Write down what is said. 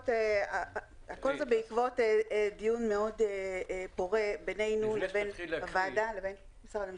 כל זה בעקבות דיון מאוד פורה בינינו לבין הוועדה לבין משרד המשפטים.